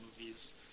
movies